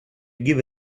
give